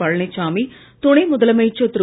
பழனிச்சாமி துணை முதலமைச்சர் திரு